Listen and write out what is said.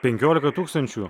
penkiolika tūkstančių